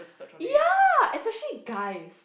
ya especially guys